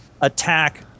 attack